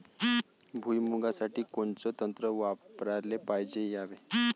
भुइमुगा साठी कोनचं तंत्र वापराले पायजे यावे?